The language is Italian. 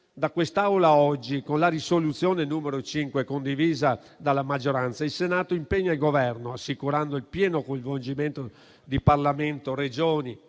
Da quest'Aula oggi, con la proposta di risoluzione n. 5 condivisa dalla maggioranza, il Senato impegna il Governo, assicurando il pieno coinvolgimento di Parlamento, Regioni